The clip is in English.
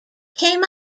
came